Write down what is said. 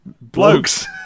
Blokes